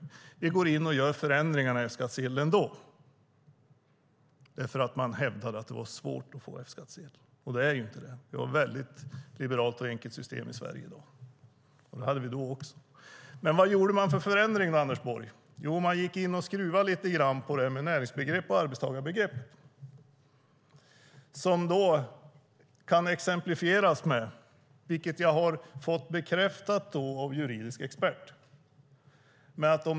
Vi går in och gör förändringar av reglerna för F-skattsedel. Man hävdade att det var svårt att få F-skattsedel. Det är inte det. Det är ett väldigt liberalt och enkelt system i Sverige i dag. Det hade vi då också. Vad gjorde man för förändring, Anders Borg? Jo, man skruvade lite grann på näringsbegrepp och arbetstagarbegrepp. Det kan exemplifieras, vilket jag har fått bekräftat av juridisk expert.